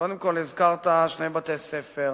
קודם כול, הזכרת שני בתי-ספר.